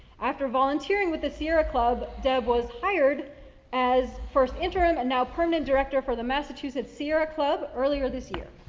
after volunteering with the sierra club, deb was hired as first interim and now permanent director for the massachusetts sierra club earlier this year.